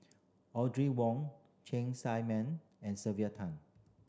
Audrey Wong Cheng Tsang Man and Sylvia Tan